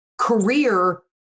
career